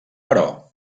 però